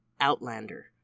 Outlander